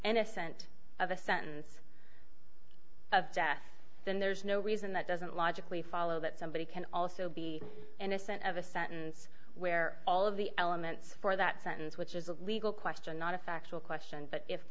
innocent of a sentence of death then there's no reason that doesn't logically follow that somebody can also be innocent of a sentence where all of the elements for that sentence which is a legal question not a factual question but if